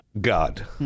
God